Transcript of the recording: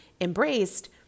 embraced